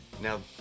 Now